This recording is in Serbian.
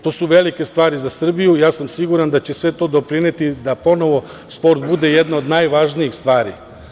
To su velike stvari za Srbiju, ja sam siguran da će sve to doprineti da ponovo sport bude jedna od najvažnijih stvari.